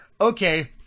okay